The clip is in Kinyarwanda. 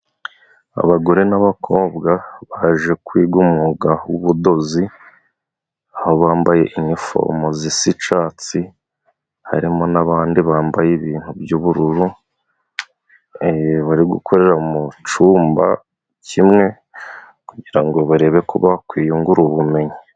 Abagore n'abakobwa baje kwiga umwuga w'ubudozi. Aha bambaye inifomu zisa icatsi harimo n'abandi bambaye ibintu by'ubururu, bari gukorera mu cumba kimwe kugira ngo barebe ko bakwiyungura ubumenyi.